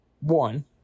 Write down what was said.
one